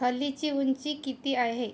खलीची उंची किती आहे